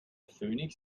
phönix